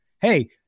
hey